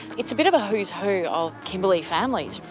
it's a bit of a who's-who of kimberley families.